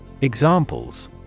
Examples